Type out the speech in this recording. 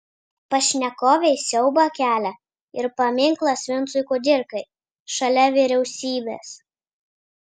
pašnekovei siaubą kelia ir paminklas vincui kudirkai šalia vyriausybės